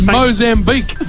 Mozambique